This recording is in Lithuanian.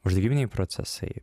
uždegiminiai procesai